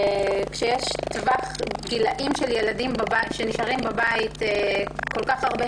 כשיש טווח גילאים של ילדים שנשארים בבית כל כך הרבה